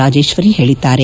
ರಾಜೀಶ್ವರಿ ಹೇಳಿದ್ದಾರೆ